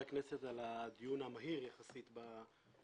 הכנסת על הדיון המהיר יחסית בסוגיה הזאת.